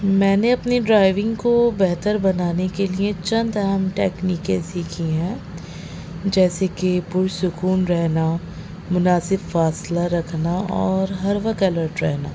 میں نے اپنی ڈرائیونگ کو بہتر بنانے کے لیے چند اہم ٹیکنیکیں سیکھی ہیں جیسے کہ پر سکون رہنا مناسب فاصلہ رکھنا اور ہر وقت الرٹ رہنا